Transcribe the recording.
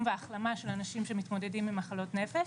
ובהחלמה של אנשים שמתמודדים עם מחלות נפש,